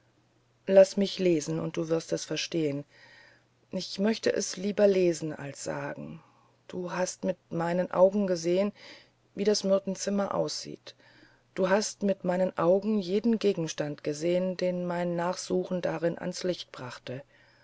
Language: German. laß mich lesen und du wirst es erfahren ich möchte es lieber lesen als sagen du hast mit meinen augen gesehen wie das myrtenzimmer aussieht du hast mit meinen augen jeden gegenstand gesehen den mein nachsuchen darin ans licht brachte